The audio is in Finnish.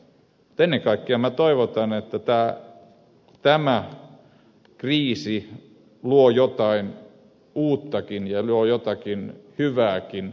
mutta ennen kaikkea minä toivon että tämä kriisi luo jotain uuttakin ja luo jotakin hyvääkin